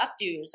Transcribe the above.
updos